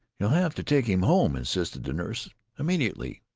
you'll have to take him home, insisted the nurse immediately!